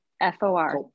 F-O-R